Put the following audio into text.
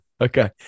Okay